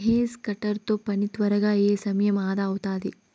hedge cutter తో పని త్వరగా అయి సమయం అదా అవుతాది